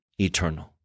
eternal